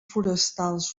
forestals